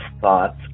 thoughts